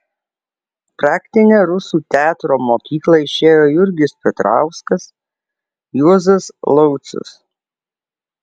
praktinę rusų teatro mokyklą išėjo jurgis petrauskas juozas laucius